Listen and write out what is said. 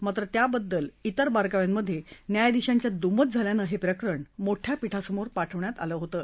मात्र त्याबद्दलच्या इतर बारकाव्यांमध्ये न्यायाधीशांच्यात दुमत झाल्यानं हे प्रकरण मोठ्या पीठासमोर पाठवण्यात आलं होतं